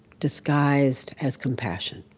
disguised as compassion.